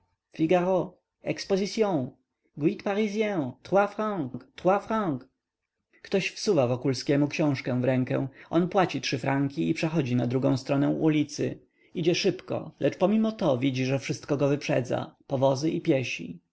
trois francs trois francs ktoś wsuwa wokulskiemu książkę w rękę on płaci trzy franki i przechodzi na drugą stronę ulicy idzie szybko lecz pominopomimo to widzi że wszystko go wyprzedza powozy i piesi